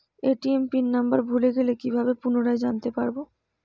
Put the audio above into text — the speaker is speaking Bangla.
এ.টি.এম পিন নাম্বার ভুলে গেলে কি ভাবে পুনরায় জানতে পারবো?